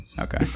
Okay